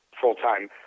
full-time